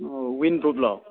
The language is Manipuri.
ꯑꯣ ꯋꯤꯟ ꯄ꯭ꯔꯨꯕꯂꯣ